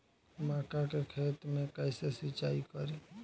मका के खेत मे कैसे सिचाई करी?